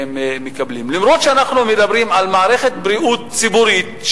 למרות שאנחנו מדברים על מערכת בריאות ציבורית,